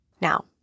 Now